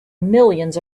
millions